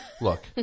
Look